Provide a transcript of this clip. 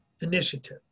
initiative